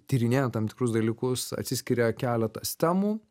tyrinėjant tam tikrus dalykus atsiskiria keletas temų